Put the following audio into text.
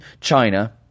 China